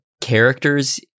characters